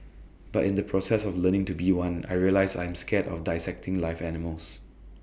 but in the process of learning to be one I realised I'm scared of dissecting live animals